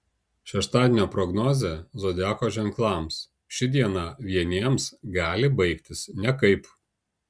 šeštadienio prognozė zodiako ženklams ši diena vieniems gali baigtis nekaip